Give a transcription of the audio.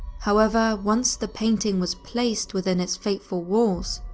however, once the painting was placed within its fateful walls,